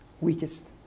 weakest